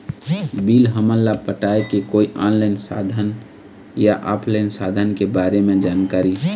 Bill हमन ला पटाए के कोई ऑनलाइन साधन या ऑफलाइन साधन के बारे मे जानकारी?